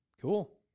cool